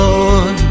Lord